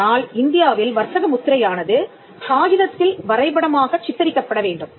ஆனால் இந்தியாவில் வர்த்தக முத்திரையானது காகிதத்தில் வரைபடமாகச் சித்தரிக்கப்பட வேண்டும்